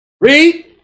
Read